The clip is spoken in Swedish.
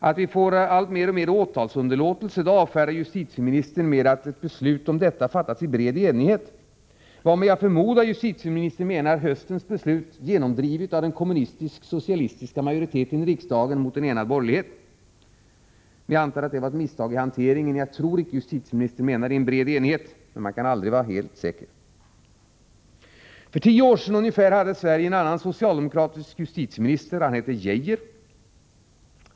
Att vi får alltmer åtalsunderlåtelse avfärdar justitieministern med att ett beslut om detta fattats i bred enighet, varmed jag förmodar att justitieministern menar beslutet i höstas, genomdrivet av den kommunistisksocialistiska majoriteten i riksdagen, mot en enad borgerlighet. Jag antar emellertid att det var ett misstag i hanteringen, och jag tror icke att justitieministern menar ”i en bred enighet”. Men man kan aldrig vara helt säker. För ungefär tio år sedan hade Sverige en annan socialdemokratisk justitieminister — han hette Geijer.